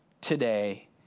today